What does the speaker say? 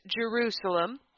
Jerusalem